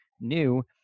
new